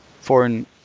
foreign